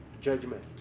judgment